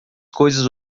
coisas